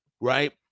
right